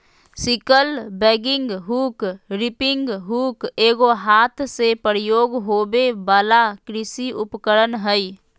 sickle bagging hook, reaping hook एगो हाथ से प्रयोग होबे वला कृषि उपकरण हइ